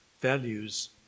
values